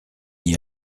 n’y